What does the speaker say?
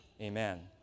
Amen